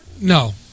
No